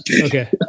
okay